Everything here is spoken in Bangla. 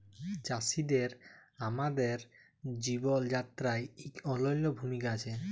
চাষীদের আমাদের জীবল যাত্রায় ইক অলল্য ভূমিকা আছে